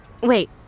Wait